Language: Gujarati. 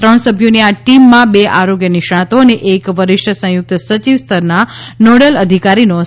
ત્રણ સભ્યોની આ ટીમમાં બે આરોગ્ય નિષ્ણાંતો અને એક વરિષ્ઠ સંયુક્ત સચિવ સ્તરના નોડલ અધિકારીનો સમાવેશ કરાયો છે